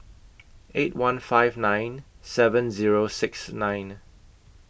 eight one five nine seven Zero six nine